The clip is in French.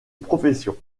profession